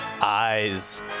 eyes